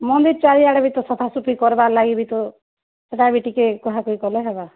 ମୁଁ ବି ଚାରିଆଡ଼େ ବି ତ ସଫାସୁଫି କରିବାର୍ ଲାଗି ବି ତ ସେଟାବି ଟିକେ କୁହାକହି କଲେ ହେବା